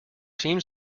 seems